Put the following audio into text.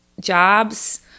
jobs